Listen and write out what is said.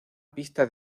pista